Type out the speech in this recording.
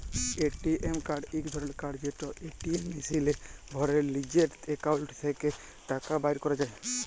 ATM card ইক ধরলের card যেট এটিএম মেশিলে ভ্যরে লিজের একাউল্ট থ্যাকে টাকা বাইর ক্যরা যায়